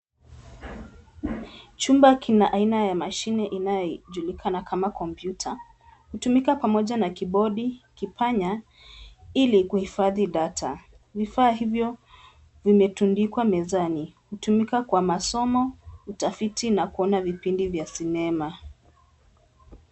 Chumba kina aina ya mashine inayojulikana kama kompyuta, hutumika pamoja na kibodi, kipanya, ili kuhifadhi data. Vifaa hivyo vimetundikwa mezani. Hutumika kwa masomo, utafiti na kuona vipindi vya sinema.